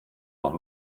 noch